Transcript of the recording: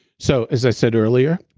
so as i said earlier,